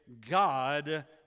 God